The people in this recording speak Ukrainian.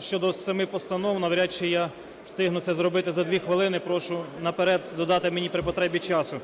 щодо 7 постанов. Навряд чи я встигну це зробити за дві хвилини, прошу наперед додати мені, при потребі, часу.